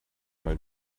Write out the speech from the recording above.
mal